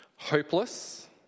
hopeless